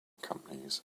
companies